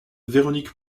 véronique